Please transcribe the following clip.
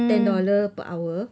ten dollar per hour